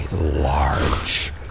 large